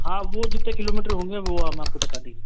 हाँ वो जीतने किलोमीटर होंगे वो हम आपको बता देंगे